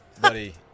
Buddy